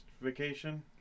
vacation